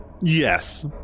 Yes